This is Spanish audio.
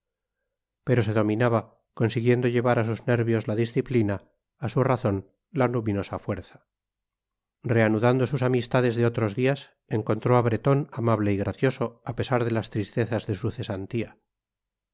pero se dominaba consiguiendo llevar a sus nervios la disciplina a su razón la luminosa fuerza reanudando sus amistades de otros días encontró a bretón amable y gracioso a pesar de las tristezas de su cesantía